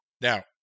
Now